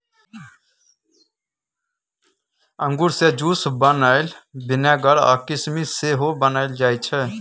अंगुर सँ juice, wine, vinegar आ किसमिस सेहो बनाएल जाइ छै